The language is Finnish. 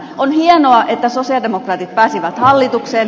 on hienoa että sosialidemokraatit pääsivät hallitukseen